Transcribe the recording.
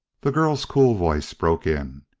the girl's cool voice broke in.